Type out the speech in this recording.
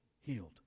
healed